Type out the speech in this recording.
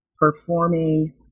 performing